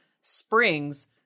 springs